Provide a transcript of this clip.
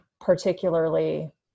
particularly